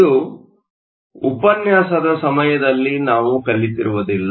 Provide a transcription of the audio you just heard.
ಇದು ಉಪನ್ಯಾಸದ ಸಮಯದಲ್ಲಿ ನಾವು ಕಲಿತಿರುವುದಿಲ್ಲ